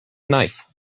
knife